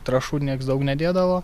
trąšų nieks daug nedėdavo